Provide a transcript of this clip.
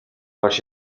хойш